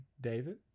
David